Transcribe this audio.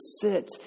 sit